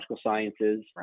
sciences